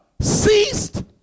ceased